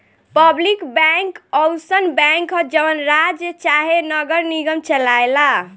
public bank अउसन bank ह जवन राज्य चाहे नगर निगम चलाए ला